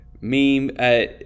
meme